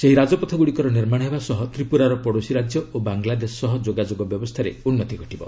ଏହି ରାଜପଥଗୁଡ଼ିକର ନିର୍ମାଣ ହେବା ସହ ତ୍ରିପୁରାର ପଡ଼ୋଶୀ ରାଜ୍ୟ ଓ ବାଙ୍ଗଲାଦେଶ ସହ ଯୋଗାଯୋଗ ବ୍ୟବସ୍ଥାରେ ଉନ୍ନତି ଘଟିବ